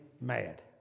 mad